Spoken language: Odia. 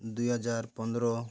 ଦୁଇହଜାର ପନ୍ଦର